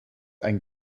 ein